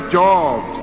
jobs